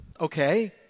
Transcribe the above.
Okay